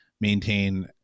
maintain